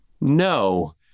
no